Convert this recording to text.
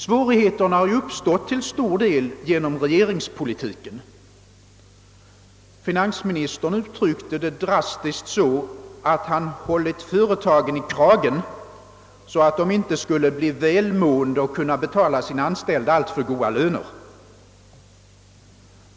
Svårigheterna har till stor del uppstått genom regeringspolitiken. Finansministern uttryckte det drastiskt så, att han hållit företagen i kragen för att de inte skulle bli välmående och kunna betala sina anställda alltför goda löner.